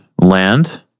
land